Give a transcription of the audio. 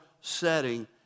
setting